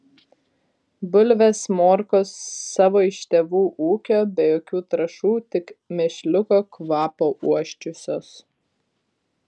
bulvės morkos savo iš tėvų ūkio be jokių trąšų tik mėšliuko kvapo uosčiusios